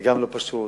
וגם זה לא פשוט,